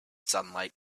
sunlight